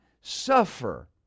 suffer